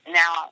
now